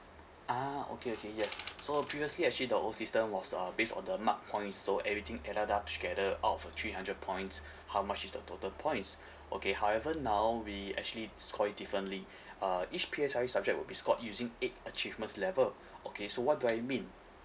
ah okay okay yes so previously actually the old system was uh based on the mark points so everything added up together out of a three hundred points how much is the total points okay however now we actually score it differently uh each P_S_L_E subject would be scored using eight achievement's level okay so what do I mean